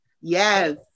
Yes